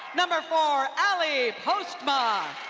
number four, ally postma,